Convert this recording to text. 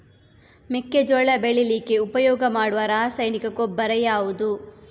ಮೆಕ್ಕೆಜೋಳ ಬೆಳೀಲಿಕ್ಕೆ ಉಪಯೋಗ ಮಾಡುವ ರಾಸಾಯನಿಕ ಗೊಬ್ಬರ ಯಾವುದು?